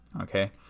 okay